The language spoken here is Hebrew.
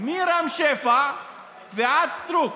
מרם שפע ועד סטרוק.